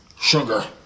Sugar